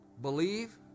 Believe